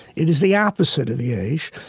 it is the opposite of yaish.